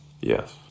Yes